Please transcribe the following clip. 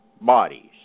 bodies